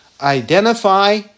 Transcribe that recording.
Identify